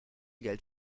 geld